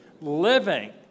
Living